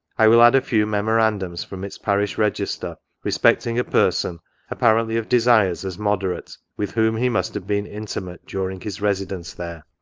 i will add a few memorandums from its parish register, respecting a person apparently of desires as moderate, with whom he must have been intimate during his residence there.